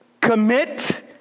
commit